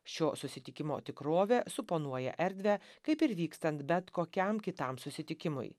šio susitikimo tikrovė suponuoja erdvę kaip ir vykstant bet kokiam kitam susitikimui